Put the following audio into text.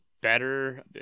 better